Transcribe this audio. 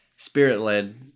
Spirit-led